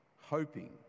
hoping